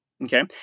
Okay